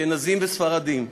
אשכנזים וספרדים,